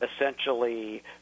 essentially